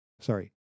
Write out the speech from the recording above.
Sorry